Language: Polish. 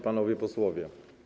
Panowie Posłowie!